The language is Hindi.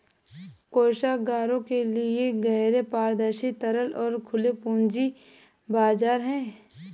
कोषागारों के लिए गहरे, पारदर्शी, तरल और खुले पूंजी बाजार हैं